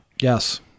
Yes